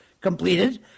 completed